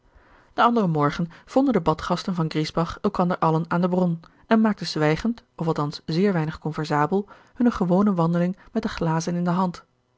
den anderen morgen vonden de badgasten van griesbach elkander allen aan de bron en maakten zwijgend of althans zeer weinig conversabel hunne gewone wandeling met de glazen in de hand